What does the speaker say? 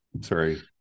Sorry